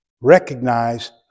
Recognize